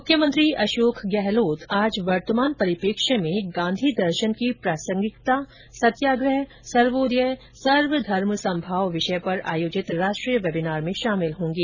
मुख्यमंत्री अशोक गहलोत आज वर्तमान परिप्रेक्ष्य में गांधी दर्शन की प्रासंगिकता सत्याग्रह सर्वोदय सर्वधर्म समभाव विषय पर आयोजित राष्ट्रीय वेबिनार में शामिल होंगे